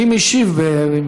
מי משיב?